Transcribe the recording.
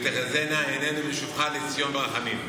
"ותחזינה עינינו בשובך לציון ברחמים".